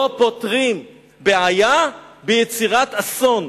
לא פותרים בעיה ביצירת אסון.